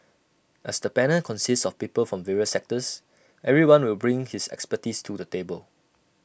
as the panel consists of people from various sectors everyone will bring his expertise to the table